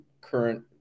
current